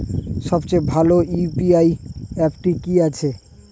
সবচেয়ে ভালো ইউ.পি.আই অ্যাপটি কি আছে?